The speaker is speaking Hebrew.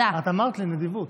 את אמרת, נדיבות.